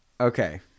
Okay